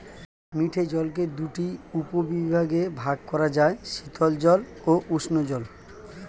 মিঠে জলকে দুটি উপবিভাগে ভাগ করা যায়, শীতল জল ও উষ্ঞ জল